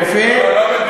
בונה.